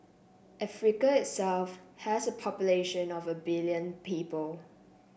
Africa itself has a population of a billion people